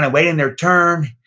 ah waiting their turn,